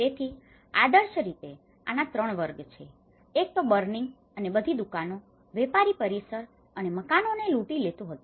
તેથી આદર્શ રીતે આના 3 વર્ગો છે એક તો બર્નિંગ અને બધી દુકાનો વેપારી પરિસર અને મકાનોને લૂંટી લેતું હતું